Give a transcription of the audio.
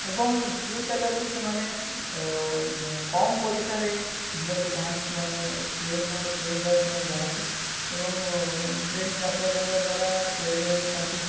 ଏବଂ ଯେଉଁ ଯାଗାକୁ ସେମାନେ କମ୍ ପଇସାରେ ଯିବାକୁ ଚାହାନ୍ତି ସେମାନେ ଟ୍ରେନ୍ର ଟ୍ରେନ୍ ଦ୍ଵାରା ସେମାନେ ଯାଆନ୍ତି ଏବଂ ଟ୍ରେନ୍ ଯାତ୍ରା କରିବା ଦ୍ୱାରା ଟ୍ରେନ୍ରେ ତାଙ୍କୁ